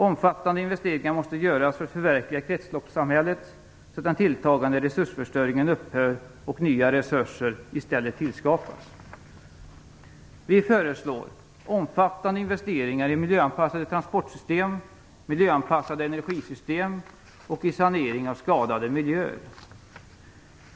Omfattande investeringar måste göras för att man skall kunna förverkliga kretsloppssamhället, så att den tilltagande resursförstöringen upphör och nya resurser i stället tillskapas. Vi föreslår omfattande investeringar i miljöanpassade transportsystem, i miljöanpassade energisystem och i sanering av skadade miljöer.